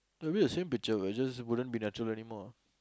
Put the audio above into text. will the same picture but it just won't be natural anymore